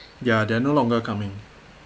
ya they're no longer coming